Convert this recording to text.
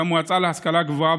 במועצה להשכלה גבוהה,